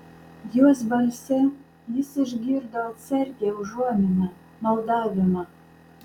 jos balse jis išgirdo atsargią užuominą maldavimą